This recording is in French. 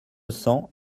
cents